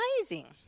amazing